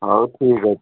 ହଉ ଠିକ୍ ଅଛି